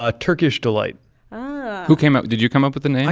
ah turkish delight ah who came up did you come up with the name?